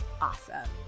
awesome